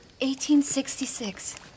1866